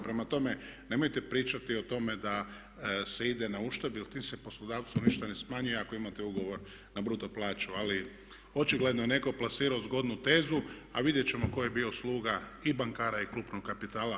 Prema tome nemojte pričati o tome da se ide na uštrb jer tim se poslodavcu ništa ne smanjuje ako imate ugovor na bruto plaću ali očigledno je netko plasirao zgodnu tezu a vidjet ćemo tko je bio sluga i bankara i krupnog kapitala.